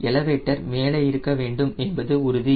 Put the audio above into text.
elevator மேலே இருக்க வேண்டும் என்பது உறுதி